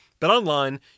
BetOnline